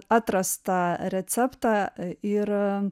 atrastą receptą ir